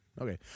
Okay